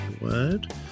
word